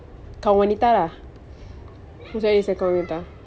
kaum wanita lah it's always kaum wanita